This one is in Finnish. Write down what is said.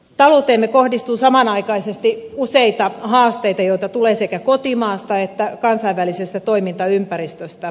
talouteemme kohdistuu samanaikaisesti useita haasteita joita tulee sekä kotimaasta että kansainvälisestä toimintaympäristöstä